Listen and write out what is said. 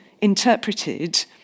interpreted